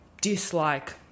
dislike